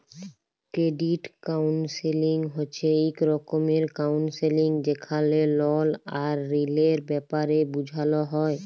credit counselling হছে ইক রকমের কাউল্সেলিং যেখালে লল আর ঋলের ব্যাপারে বুঝাল হ্যয়